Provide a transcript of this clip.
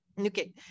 okay